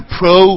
pro